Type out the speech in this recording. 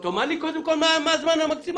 תאמר לי קודם כל מה הזמן המקסימלי.